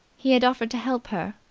he had offered to help her,